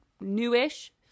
newish